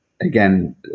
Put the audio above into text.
again